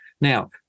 Now